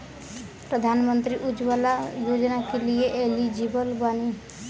प्रधानमंत्री उज्जवला योजना के लिए एलिजिबल बानी?